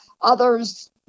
others